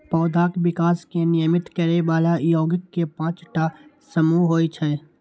पौधाक विकास कें नियमित करै बला यौगिक के पांच टा समूह होइ छै